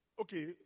Okay